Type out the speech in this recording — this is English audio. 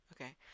Okay